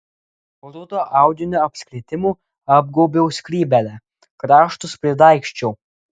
rudo audinio apskritimu apgaubiau skrybėlę kraštus pridaigsčiau